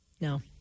No